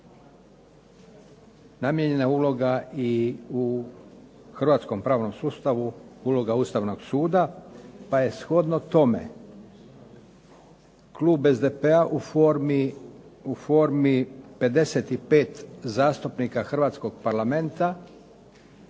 namijenjena uloga i u hrvatskom pravnom sustavu uloga Ustavnog suda pa je shodno tome klub SDP-a u formi 55 zastupnika hrvatskog Parlamenta